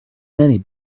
many